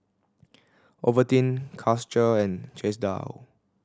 Ovaltine Karcher and Chesdale